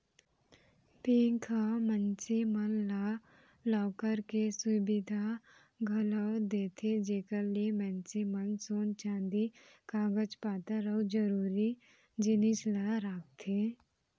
bank ह मनसे मन ला लॉकर के सुबिधा घलौ देथे जेकर ले मनसे मन सोन चांदी कागज पातर अउ जरूरी जिनिस ल राखथें